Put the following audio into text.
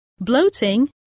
bloating